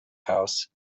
house